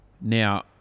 Now